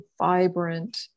vibrant